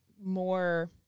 more